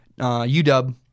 UW